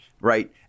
right